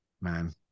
man